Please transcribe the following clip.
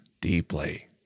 deeply